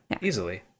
Easily